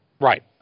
Right